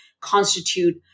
constitute